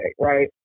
right